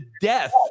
death